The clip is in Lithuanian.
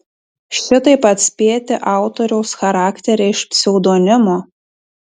šitaip atspėti autoriaus charakterį iš pseudonimo